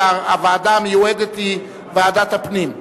46 בעד, חבר הכנסת אקוניס,